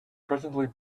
presently